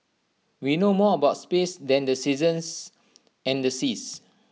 we know more about space than the seasons and the seas